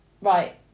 Right